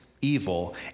evil